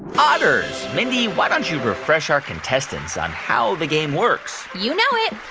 otters. mindy, why don't you refresh our contestants on how the game works? you know it.